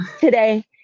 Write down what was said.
today